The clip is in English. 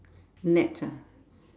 nets ah